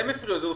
טוב,